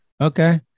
Okay